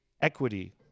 equity